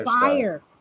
fire